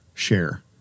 share